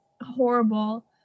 horrible